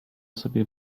sobie